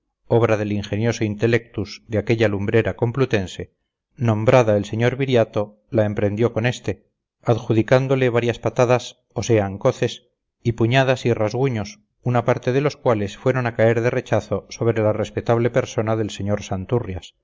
obra del ingenioso intellectus de aquella lumbrera complutense nombrada el sr viriato la emprendió con este adjudicándole varias patadas o sean coces y puñadas y rasguños una parte de los cuales fueron a caer de rechazo sobre la respetable persona del sr